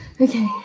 okay